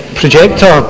projector